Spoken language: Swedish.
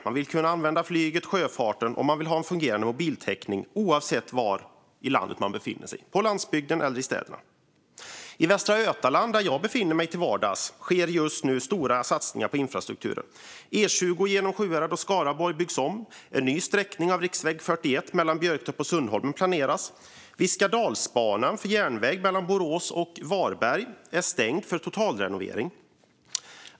Man vill kunna använda flyget och sjöfarten, och man vill ha fungerande mobiltäckning oavsett var i landet man befinner sig, på landsbygden eller i städerna. I Västra Götaland, där jag befinner mig till vardags, sker just nu stora satsningar på infrastrukturen.